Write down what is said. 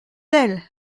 elle